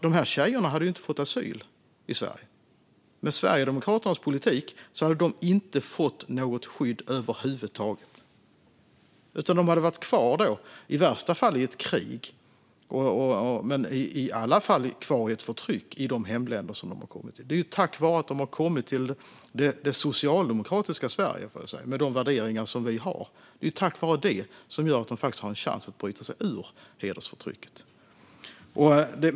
De här tjejerna hade inte fått asyl i Sverige. Med Sverigedemokraternas politik hade de inte fått något skydd över huvud taget, utan de hade varit kvar i värsta fall i ett krig men i alla fall i ett förtryck i sina hemländer. Det är tack vare att de har kommit till det socialdemokratiska Sverige, med de värderingar som vi har, som de har en chans att bryta sig ur hedersförtrycket.